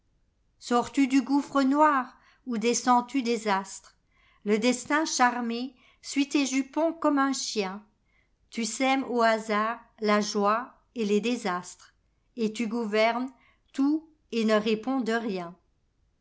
sors-tu du gouffre noir ou descends-tu des astres le de n charmé suit tes jupons comme un chien tu sèmes au hasard la joie et les désastres et tu gouvernes tout et ne réponds de rien